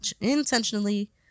intentionally